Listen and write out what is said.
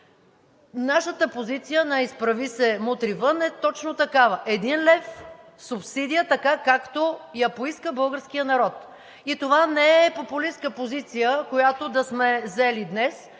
Нашата позиция на „Изправи се! Мутри вън!“ е точно такава – един лев субсидия, както я поиска българският народ. Това не е популистка позиция, която да сме заели днес.